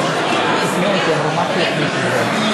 אותי, אמרו: מכלוף מיקי זוהר.